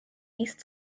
east